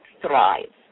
thrives